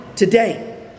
Today